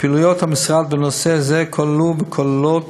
פעילויות המשרד בנושא זה כללו וכוללות